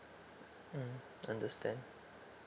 mm understand